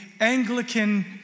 Anglican